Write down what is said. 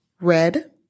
red